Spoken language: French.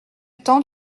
temps